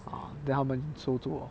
then 他们收住 lor